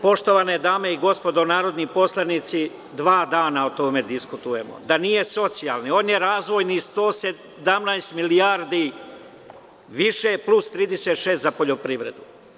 Poštovane dame i gospodo narodni poslanici, dva dana o tome diskutujemo, da nije socijalni, on je razvojni, 117 milijardi više plus 36 za poljoprivredu.